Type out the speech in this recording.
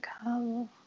come